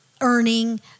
earning